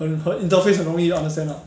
很 her interface 很容易 understand ah